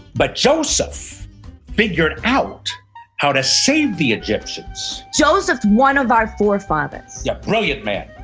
but joseph figured out how to save the egyptians. joseph, one of our forefathers. yup, brilliant man,